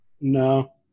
No